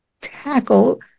tackle